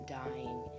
dying